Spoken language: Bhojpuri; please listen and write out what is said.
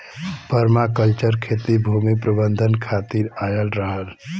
पर्माकल्चर खेती भूमि प्रबंधन खातिर आयल रहल